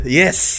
yes